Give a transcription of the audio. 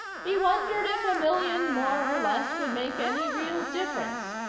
he wondered if a million more or less would make any real difference.